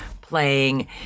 playing